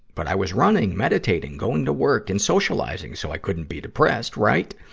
but i was running, meditating, going to work, and socializing, so i couldn't be depressed, right?